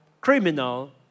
criminal